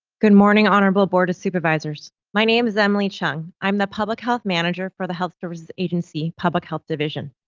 good morning, honorable board of supervisors. my name is emily cheung. i'm the public health manager for the health care agency, public health division.